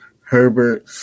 Herbert